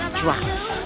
drops